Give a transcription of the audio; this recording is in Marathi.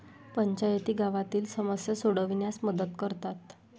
पंचायती गावातील समस्या सोडविण्यास मदत करतात